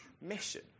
mission